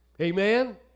Amen